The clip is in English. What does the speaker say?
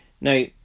Now